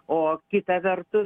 o kita vertus